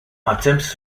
attempts